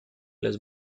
los